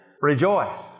rejoice